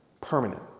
permanent